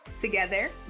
Together